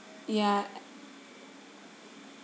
ya